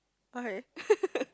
why